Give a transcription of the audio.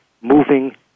moving